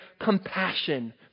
compassion